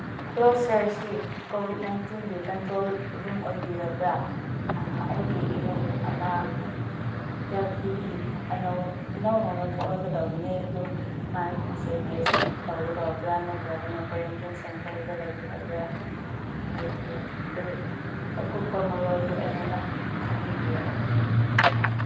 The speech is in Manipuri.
ꯍꯜꯂꯣ ꯁꯥꯔ ꯁꯤ ꯀꯣꯚꯤꯠ ꯅꯥꯏꯟꯇꯤꯟꯒꯤ ꯀꯟꯇ꯭ꯔꯣꯜ ꯔꯨꯝ ꯑꯣꯏꯕꯤꯔꯕ꯭ꯔꯥ ꯑꯩꯒꯤ ꯏꯔꯨꯞ ꯑꯃ ꯗꯦꯜꯍꯤꯗꯒꯤ ꯏꯅꯧ ꯅꯧꯅ ꯊꯣꯛꯂꯛꯀꯗꯧꯕꯅꯤ ꯑꯗꯨ ꯃꯥꯒꯤꯁꯦ ꯇꯦꯁ ꯇꯧꯒꯗꯧꯕ꯭ꯔꯥ ꯅꯠꯇ꯭ꯔꯒꯅ ꯀ꯭ꯋꯥꯔꯦꯟꯇꯤꯟ ꯁꯦꯟꯇꯔꯗ ꯂꯩꯒꯗꯕ꯭ꯔꯥ ꯍꯥꯏꯕꯗꯨ ꯑꯀꯨꯞꯄ ꯃꯔꯣꯜꯗꯨ ꯑꯩꯉꯣꯟꯗ ꯈꯪꯍꯟꯕꯤꯔꯛꯎ